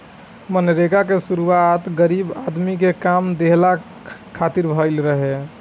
मनरेगा के शुरुआत गरीब आदमी के काम देहला खातिर भइल रहे